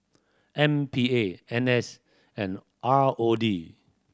M P A N S and R O D